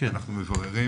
אנחנו מבררים